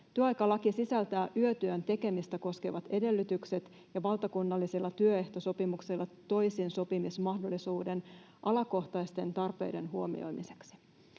Työaikalaki sisältää yötyön tekemistä koskevat edellytykset, ja valtakunnallinen työehtosopimus toisinsopimismahdollisuuden alakohtaisten tarpeiden huomioimiseksi.